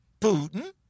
Putin